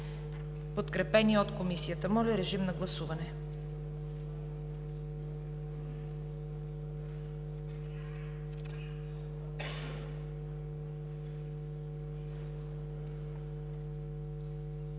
подкрепени от Комисията. Режим на гласуване.